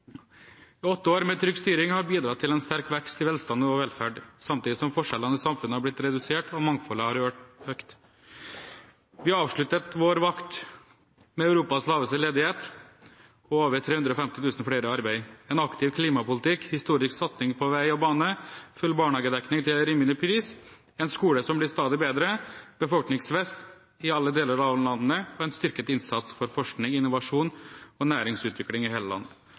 Åtte år med trygg styring har bidratt til en sterk vekst i velstand og velferd, samtidig som forskjellene i samfunnet har blitt redusert og mangfoldet har økt. Vi avsluttet vår vakt med Europas laveste ledighet og over 350 000 flere i arbeid, en aktiv klimapolitikk, historisk satsing på vei og bane, full barnehagedekning til enrimelig pris, en skole som blir stadig bedre, befolkningsvekst i alle deler av landet og en styrket innsats for forskning, innovasjon og næringsutvikling i hele landet.